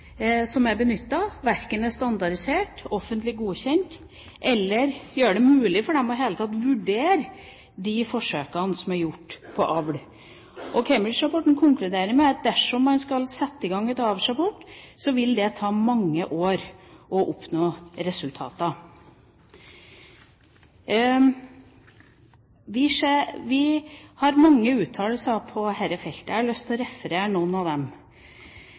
som er benyttet, verken er standardiserte, offentlig godkjent eller gjør det mulig for dem i det hele tatt å vurdere de forsøkene som er gjort på avl. Cambridge-rapporten konkluderer med at dersom man skal sette i gang et avlsprogram, vil det ta mange år å oppnå resultater. Vi har mange uttalelser på dette feltet. Jeg har lyst til å referere noen av dem.